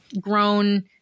grown